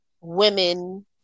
women